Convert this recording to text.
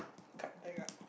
card take ah